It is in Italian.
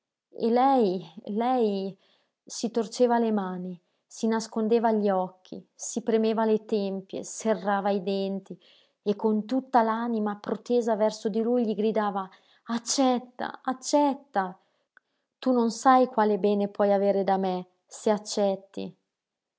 e lei lei si torceva le mani si nascondeva gli occhi si premeva le tempie serrava i denti e con tutta l'anima protesa verso di lui gli gridava accetta accetta tu non sai qual bene puoi avere da me se accetti